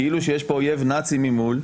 כאילו שיש פה אויב נאצי ממול,